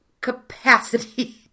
capacity